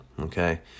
okay